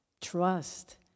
trust